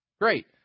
Great